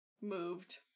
Moved